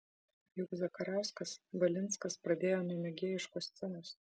juk zakarauskas valinskas pradėjo nuo mėgėjiškos scenos